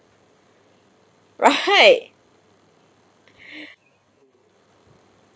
right